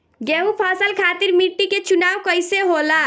गेंहू फसल खातिर मिट्टी के चुनाव कईसे होला?